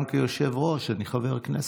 גם כיושב-ראש אני חבר הכנסת.